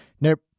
Nope